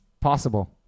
possible